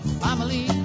family